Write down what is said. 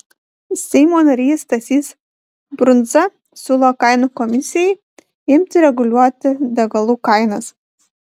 seimo narys stasys brundza siūlo kainų komisijai imti reguliuoti degalų kainas